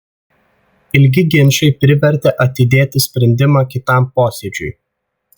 ilgi ginčai privertė atidėti sprendimą kitam posėdžiui